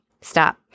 stop